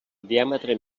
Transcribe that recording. diàmetre